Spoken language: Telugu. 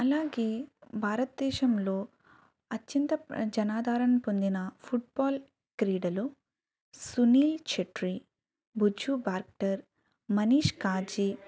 అలాగే భారతదేశంలో అత్యంత జనాధారణ పొందిన ఫుట్బాల్ క్రీడలు సునీల్ ఛెట్రి బుజ్జు బార్టర్ మనీష్కాచి